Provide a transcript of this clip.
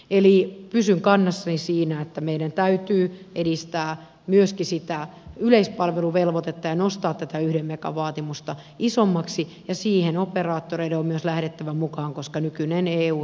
eli pysyn kannassani siinä että meidän täytyy edistää viestisittaa yleispalveluvelvoitetta ennustaa että yhden megan vaatimusta isommaksi ja siihen operaattoreiden on myös lähdettävä mukaan koska nykyinen eu